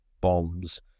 bombs